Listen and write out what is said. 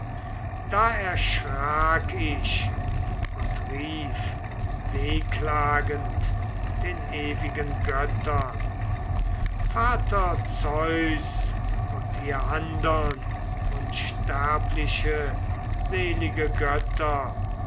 da erschrak ich und rief wehklagend den ewigen göttern vater zeus und ihr andern unsterblichen seligen götter